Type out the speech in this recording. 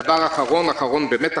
דבר אחרון באמת,